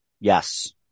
Yes